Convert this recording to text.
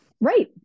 Right